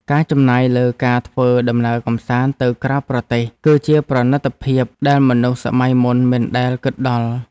ការចំណាយលើការធ្វើដំណើរកម្សាន្តទៅក្រៅប្រទេស គឺជាប្រណីតភាពដែលមនុស្សសម័យមុនមិនដែលគិតដល់។